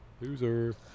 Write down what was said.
Loser